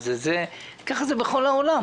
כך זה בכל העולם.